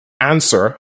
answer